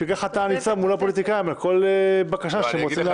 שאתה עומד מול הפוליטיקאים על כל בקשה שהם רוצים להעביר.